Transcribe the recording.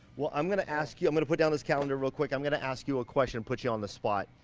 well, i'm gonna ask you, i'm gonna put down this calendar real quick. i'm gonna ask you a question, put you on the spot,